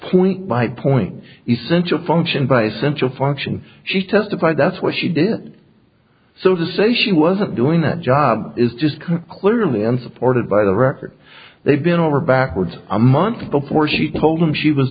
point by point essential function by central function she testified that's what she did so to say she wasn't doing that job is just clearly unsupported by the record they've been over backwards a month before she told him she was